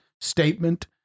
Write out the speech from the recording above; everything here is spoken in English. statement